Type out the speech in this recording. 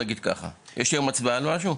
יש היום הצבעה על משהו?